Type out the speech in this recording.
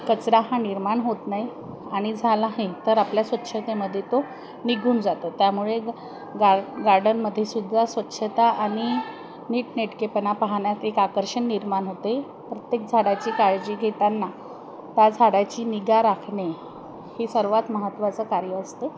कचरा हा निर्माण होत नाही आणि झाला आहे तर आपल्या स्वच्छतेमध्ये तो निघून जातो त्यामुळे ग गार गार्डनमध्ये सुद्धा स्वच्छता आणि नीटनेटकेपणा पाहण्यात एक आकर्षण निर्माण होते प्रत्येक झाडाची काळजी घेताना त्या झाडाची निगा राखणे हे सर्वात महत्त्वाचं कार्य असते